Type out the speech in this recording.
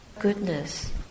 goodness